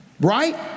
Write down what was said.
right